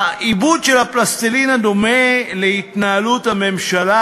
העיבוד של הפלסטלינה דומה להתנהלות הממשלה